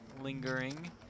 lingering